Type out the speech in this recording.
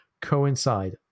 coincide